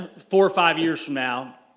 four or five years from now,